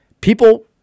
people